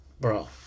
bro